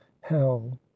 hell